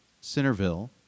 Centerville